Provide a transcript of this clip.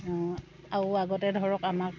আও আগতে ধৰক আমাক